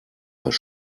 was